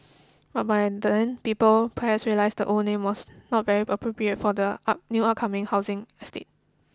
but by then people perhaps realised the old name was not very appropriate for the up new upcoming housing estate